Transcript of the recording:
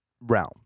realm